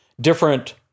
different